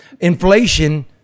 inflation